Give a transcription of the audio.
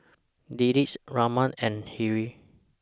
Dilip Ramnath and Hri